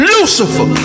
Lucifer